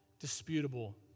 disputable